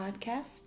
podcast